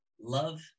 Love